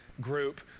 group